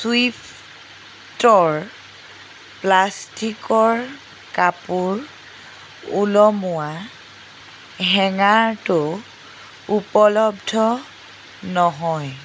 চুইফ্টৰ প্লাষ্টিকৰ কাপোৰ ওলমোৱা হেঙাৰটো উপলব্ধ নহয়